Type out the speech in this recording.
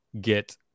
get